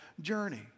journey